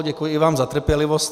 Děkuji vám za trpělivost.